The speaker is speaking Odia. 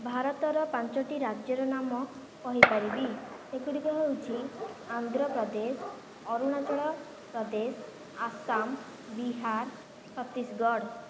ଭାରତର ପାଞ୍ଚୋଟି ରାଜ୍ୟର ନାମ କହି ପାରିବି ସେଗୁଡ଼ିକ ହେଉଛି ଆନ୍ଧ୍ରପ୍ରଦେଶ ଅରୁଣାଚଳ ପ୍ରଦେଶ ଆସାମ ବିହାର ଛତିଶଗଡ଼